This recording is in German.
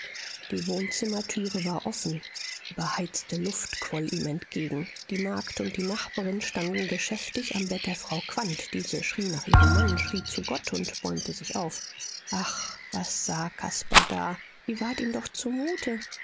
die wohnzimmertüre war offen überheizte luft quoll ihm entgegen die magd und die nachbarin standen geschäftig am bett der frau quandt diese schrie nach ihrem mann schrie zu gott und bäumte sich auf ach was sah caspar da wie ward ihm doch zumute